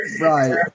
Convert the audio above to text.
Right